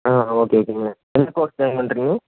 ஆ okay ஓகேங்க எந்த course join பண்ணுறீங்க